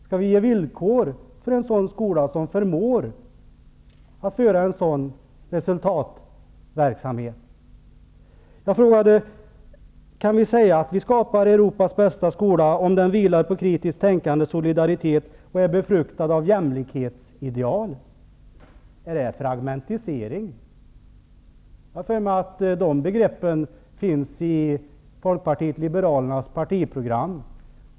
Skall vi ge villkor för en skola som förmår att föra en sådan resultatverksamhet? Kan vi säga att vi skapar Europas bästa skola om den vilar på kritiskt tänkande, solidaritet, och är besjälad av jämlikhetsidealet? Är det fragmentisering? Jag har för mig att de begreppen finns i Folkpartiet liberalernas partiprogram.